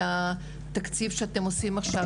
חוץ מהאירוע הזה של התקציב שאתם עושים עכשיו בדיור ציבורי.